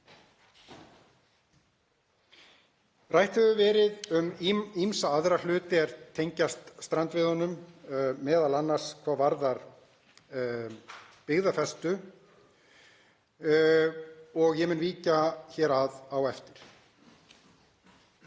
Rætt hefur verið um ýmsa aðra hluti er tengjast strandveiðunum, m.a. hvað varðar byggðafestu og ég mun víkja hér að á eftir.